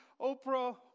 Oprah